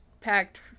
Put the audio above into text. packed